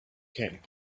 king